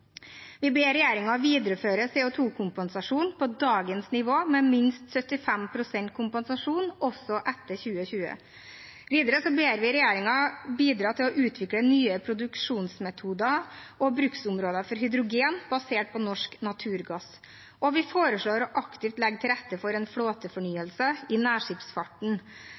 Vi ber regjeringen videreføre CO 2 -kompensasjonen på dagens nivå, med minst 75 pst. kompensasjon også etter 2020. Videre ber vi regjeringen bidra til å utvikle nye produksjonsmetoder og bruksområder for hydrogen basert på norsk naturgass. Og vi foreslår å aktivt legge til rette for flåtefornyelse i nærskipsfarten.